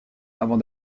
avant